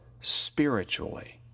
spiritually